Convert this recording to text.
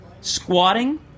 Squatting